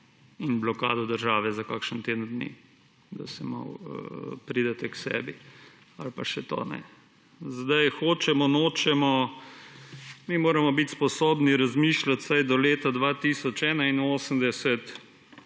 in blokado države za kakšen teden dni, da malo pridete k sebi ali pa še to ne. Hočemo, nočemo mi moramo biti sposobni razmišljati vsaj do leta 2081,